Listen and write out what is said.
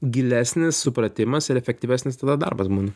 gilesnis supratimas ir efektyvesnis tada darbas būna